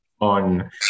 on